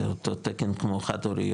זה אותו תקן כמו חד-הוריות.